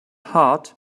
heart